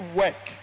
work